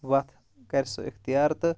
وَتھ کَرِ سُہ اِختِیار